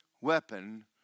weapon